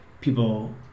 people